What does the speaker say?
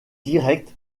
direct